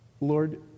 Lord